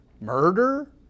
murder